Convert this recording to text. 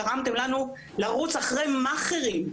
הוא שגרמתם לנו לרוץ אחרי מאכערים,